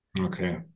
Okay